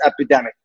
epidemic